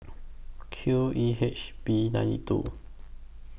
Q E H B nine two